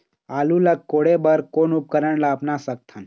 आलू ला कोड़े बर कोन उपकरण ला अपना सकथन?